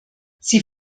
sie